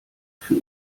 für